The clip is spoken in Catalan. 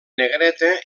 negreta